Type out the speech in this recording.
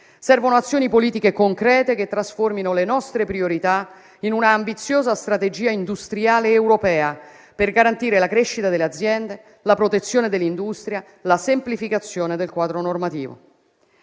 Servono azioni politiche concrete che trasformino le nostre priorità in un'ambiziosa strategia industriale europea per garantire la crescita delle aziende, la protezione dell'industria e la semplificazione del quadro normativo.